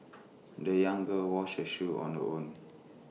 the young girl washed her shoes on her own